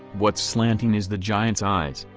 what's slanting is the giant's eyes,